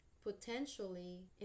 potentially